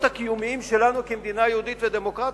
הקיומיים שלנו כמדינה יהודית ודמוקרטית.